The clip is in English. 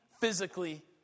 physically